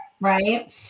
Right